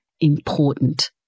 important